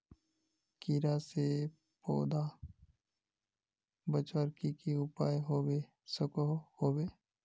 कीड़ा से पौधा बचवार की की उपाय होबे सकोहो होबे?